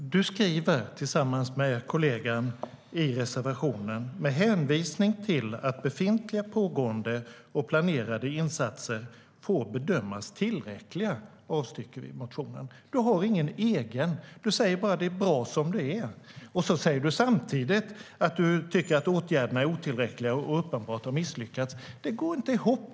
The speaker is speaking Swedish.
Herr talman! Jonas Millard skriver tillsammans med sin kollega i reservationen: Med hänvisning till att befintliga, pågående och planerade insatser får bedömas tillräckliga avstyrker vi motionen. Du har ingen egen, Jonas Millard. Du säger bara att det är bra som det är. Samtidigt säger du att du tycker att åtgärderna är otillräckliga och uppenbart har misslyckats. Det går inte ihop!